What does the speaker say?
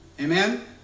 Amen